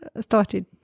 started